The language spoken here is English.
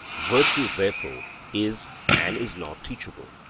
virtue, therefore, is and is not teachable.